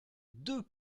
deux